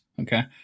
Okay